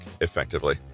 Effectively